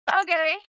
okay